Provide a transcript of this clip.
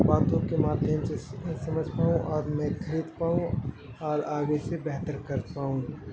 باتوں کے مادھیم سے سمجھ پاؤں اور میں خرید پاؤں اور آگے سے بہتر کر پاؤں